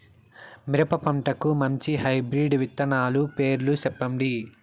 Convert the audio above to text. మిరప పంటకు మంచి హైబ్రిడ్ విత్తనాలు పేర్లు సెప్పండి?